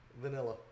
Vanilla